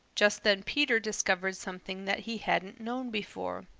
just then peter discovered something that he hadn't known before.